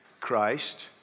Christ